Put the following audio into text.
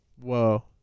Whoa